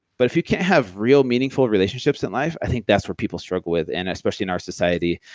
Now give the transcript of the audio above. but if you can't have real meaningful relationships in life, i think that's where people struggle with and especially in our society.